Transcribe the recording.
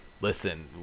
listen